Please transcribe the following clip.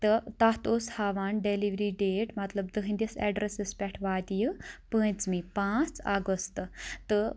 تہٕ تَتھ اوس ہاوان ڈؠلؤری ڈیٹ مَطلب تُہٕندِس اؠڈرَسس پؠٹھ واتہِ یہِ پوٗنٛژمہِ پانٛژھ اَگست تہٕ